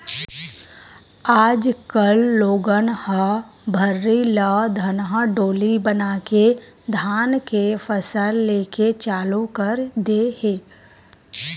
आज कल लोगन ह भर्री ल धनहा डोली बनाके धान के फसल लेके चालू कर दे हे